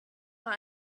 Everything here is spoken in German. mal